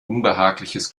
unbehagliches